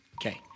Okay